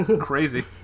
Crazy